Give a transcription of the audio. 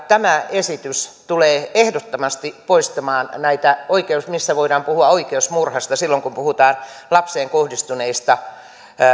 tämä esitys tulee ehdottomasti poistamaan näitä tilanteita missä voidaan puhua oikeusmurhasta silloin kun puhutaan lapseen kohdistuneista